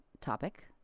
topic